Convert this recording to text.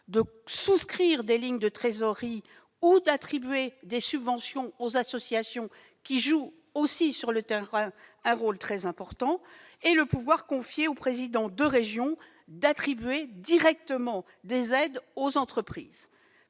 de souscrire des lignes de trésorerie ou d'attribuer des subventions aux associations, qui jouent aussi sur le terrain un rôle très important ; et le pouvoir donné aux présidents de région d'attribuer directement des aides aux entreprises.